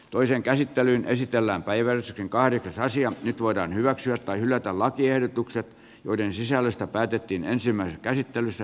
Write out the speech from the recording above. toiseen käsittelyyn esitellään päivän kahden asian nyt voidaan hyväksyä tai hylätä lakiehdotukset joiden sisällöstä päätettiin ensimmäisessä käsittelyssä